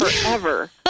forever